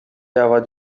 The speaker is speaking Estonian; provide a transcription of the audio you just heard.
jäävad